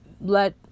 let